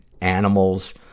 animals